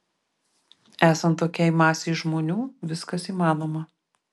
esant tokiai masei žmonių viskas įmanoma